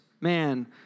Man